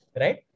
right